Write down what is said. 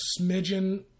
smidgen